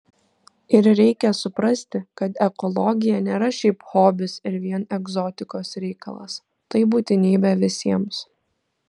ir reikia suprasti kad ekologija nėra šiaip hobis ir vien egzotikos reikalas tai būtinybė visiems